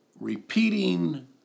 repeating